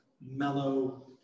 mellow